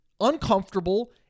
uncomfortable